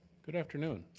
good afternoon.